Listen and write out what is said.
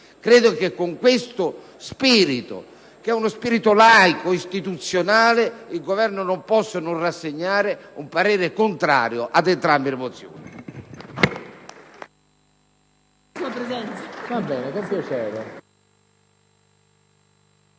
Credo che con questo spirito, che è uno spirito laico e istituzionale, il Governo non possa non rassegnare un parere contrario ad entrambe le mozioni.